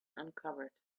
uncovered